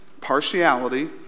partiality